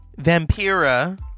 Vampira